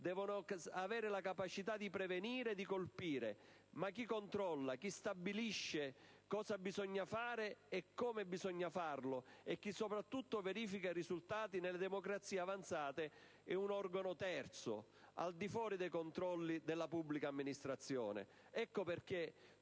devono avere la capacità di prevenire e di colpire, ma chi controlla, chi stabilisce cosa bisogna fare e come bisogna farlo e che soprattutto verifica i risultati, nelle democrazie avanzate è un organo terzo, al di fuori dei controlli della pubblica amministrazione.